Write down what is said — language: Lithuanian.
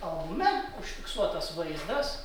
albume užfiksuotas vaizdas